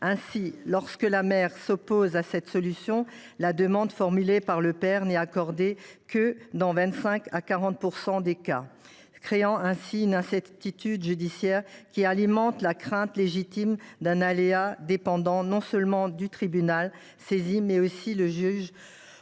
Ainsi, lorsque la mère s’oppose à cette solution, la demande formulée par le père est accordée uniquement dans 25 % à 40 % des cas. Cette incertitude judiciaire alimente la crainte légitime d’un aléa dépendant non seulement du tribunal saisi, mais aussi du juge